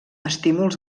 estímuls